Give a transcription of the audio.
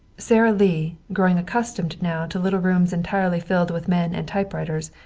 sara lee, growing accustomed now to little rooms entirely filled with men and typewriters,